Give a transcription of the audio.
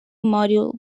module